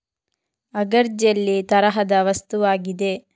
agar jelly ತರಹದ ವಸ್ತುವಾಗಿದೆ